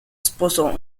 sposò